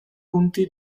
punti